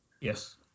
Yes